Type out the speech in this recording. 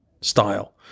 style